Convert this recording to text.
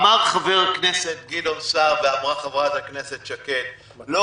אמר חבר הכנסת גדעון סער ואמרה חברת הכנסת שקד: לא